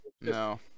No